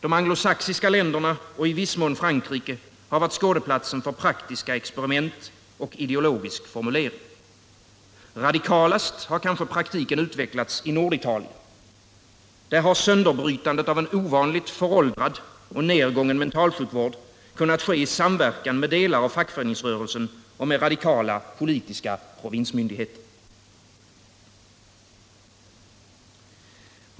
De anglosachsiska länderna och i viss mån Frankrike har varit skådeplatsen för praktiska experiment och ideologisk formulering. Radikalast har kanske praktiken utvecklats i Norditalien. Där har sönderbrytandet av en ovanligt föråldrad och nedgången mentalsjukvård kunnat ske i samverkan med delar av fackföreningsrörelsen och med radikala politiska provinsmyndigheter.